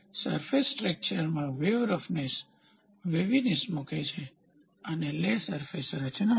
surface texture માં wave roughness waviness મૂકે છે અને લે સરફેસ રચના છે